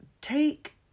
Take